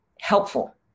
helpful